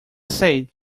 say